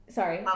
Sorry